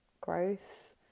growth